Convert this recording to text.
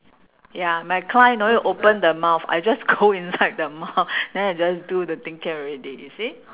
ya my client don't need to open the mouth I just go inside the mouth then I just do the thing can already you see